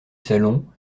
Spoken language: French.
salon